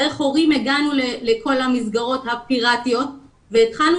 דרך הורים הגענו לכל המסגרות הפיראטיות והתחלנו